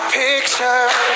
picture